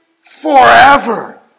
forever